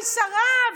אני שרה,